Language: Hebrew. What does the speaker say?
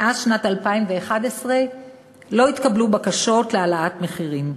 מאז שנת 2011 לא התקבלו בקשות להעלאת מחירים.